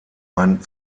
ein